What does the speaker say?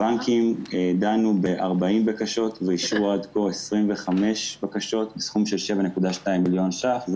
הבנקים דנו ב-40 בקשות ואישרו עד כה 25 בקשות בסכום של 7.2 מיליון ש"ח.